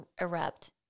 erupt